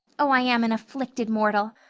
oh, i am an afflicted mortal.